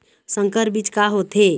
संकर बीज का होथे?